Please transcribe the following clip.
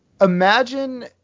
Imagine